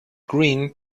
green